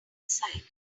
side